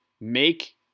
Make